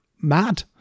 mad